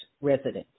residents